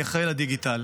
אני אחראי להדיגיטל.